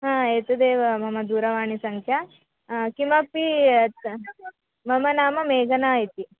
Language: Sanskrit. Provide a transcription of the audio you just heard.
हा एतदेव मम दूरवाणीसङ्ख्या किमपि मम नाम मेघना इति